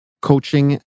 coaching